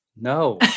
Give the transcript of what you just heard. no